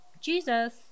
Jesus